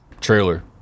trailer